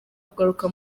kugaruka